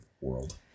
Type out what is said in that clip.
world